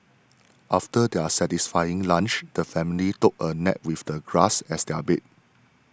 after their satisfying lunch the family took a nap with the grass as their bed